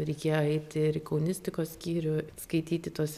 reikėjo eiti ir į kaunistikos skyrių skaityti tuos